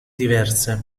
diverse